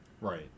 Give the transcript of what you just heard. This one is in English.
Right